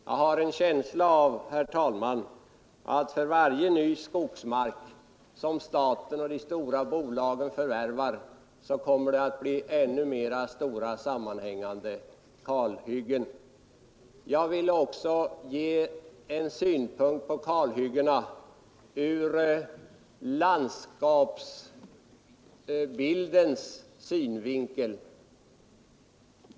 Jag har en känsla av, herr talman, att det för varje ny skogsmark som staten och de stora bolagen förvärvar kommer att bli ännu mera av stora sammanhängande kalhyggen. Jag vill också ge en synpunkt på kalhyggena ur landskapsbildens synvinkel.